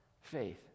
faith